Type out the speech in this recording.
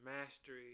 Mastery